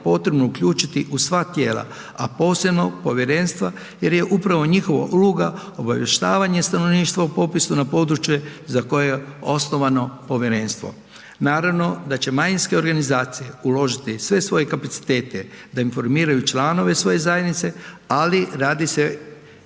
potrebno uključiti u sva tijela, a posebno u povjerenstva jer je upravo njihova uloga obavještavanje stanovništva u popisu na područje za koje je osnovano povjerenstvo. Naravno da će manjinske organizacije uložiti sve svoje kapacitete da informiraju članove svoje zajednice, ali radi se o